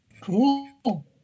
Cool